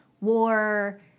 war